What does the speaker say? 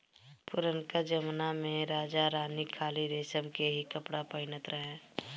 पुरनका जमना में राजा रानी खाली रेशम के ही कपड़ा पहिनत रहे